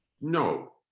No